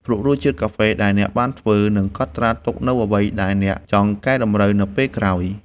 ភ្លក្សរសជាតិកាហ្វេដែលអ្នកបានធ្វើ និងកត់ត្រាទុកនូវអ្វីដែលអ្នកចង់កែតម្រូវនៅពេលក្រោយ។